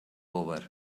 over